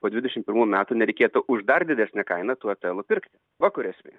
po dvidešim pirmų metų nereikėtų už dar didesnę kainą tų a t elų pirkti va kur esmė